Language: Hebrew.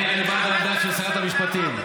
אני בעד העמדה של שרת המשפטים.